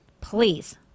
please